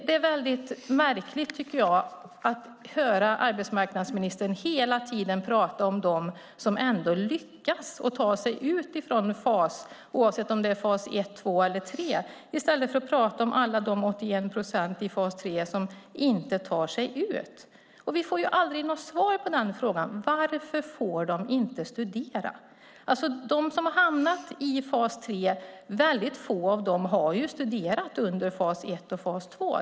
Det är märkligt att hela tiden höra arbetsmarknadsministern prata om dem som ändå lyckas ta sig ur fas 1, 2 eller 3 i stället för att prata om de 81 procent i fas 3 som inte tar sig ur. Vi får aldrig svar på frågan: Varför får de inte studera? Få av dem som har hamnat i fas 3 har studerat under fas 1 och 2.